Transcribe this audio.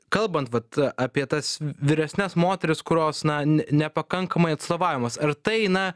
kalbant vat apie tas v vyresnes moteris kurios na ne nepakankamai atstovaujamos ar tai na